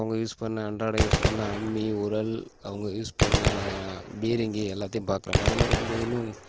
அவங்க யூஸ் பண்ண அன்றாட யூஸ் பண்ண அம்மி உரல் அவுங்க யூஸ் பண்ண பீரங்கி எல்லாத்தையும் பார்க்கறாங்க அந்த மாதிரி வந்து இன்னும்